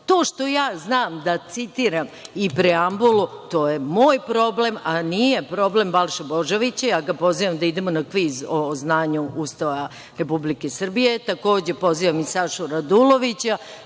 što ja znam da citiram i preambulu, to je moj problem, a nije problem Balše Božovića. Ja ga pozivam da idemo na kviz o znanju Ustava Republike Srbije. Takođe, pozivam i Sađu Radulovića.